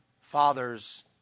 Fathers